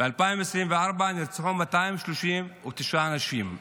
ב-2024 נרצחו 239 אנשים.